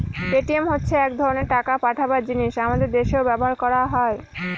Paytm হচ্ছে এক ধরনের টাকা পাঠাবার জিনিস আমাদের দেশেও ব্যবহার হয়